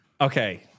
Okay